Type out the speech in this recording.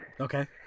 Okay